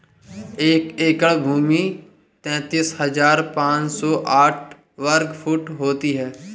एक एकड़ भूमि तैंतालीस हज़ार पांच सौ साठ वर्ग फुट होती है